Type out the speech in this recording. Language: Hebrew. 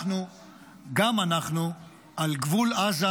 גם אנחנו על גבול עזה,